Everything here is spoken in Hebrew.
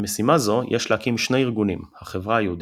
למשימה זו יש להקים שני ארגונים "החברה היהודית",